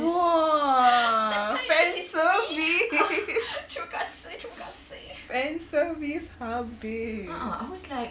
!wah! fan service fan service habis